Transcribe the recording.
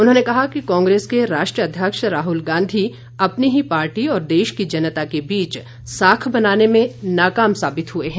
उन्होंने कहा कि कांग्रेस के राष्ट्रीय अध्यक्ष राहुल गांधी अपनी ही पार्टी और देश की जनता के बीच साख बनाने में नाकाम साबित हुए हैं